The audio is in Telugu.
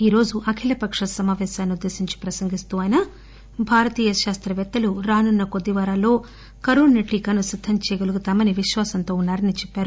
ఈరోజు అఖిలపకక సమావేశాన్ని ఉద్దేశించి ప్రసంగిస్తూ మోదీ భారతీయ శాస్త్రపేత్తలు రానున్న కొద్ది వారాల్లో కరోనా టీకాను సత్యం చేయగలుగుతామని విశ్వాసంతో ఉన్నారని చెప్పారు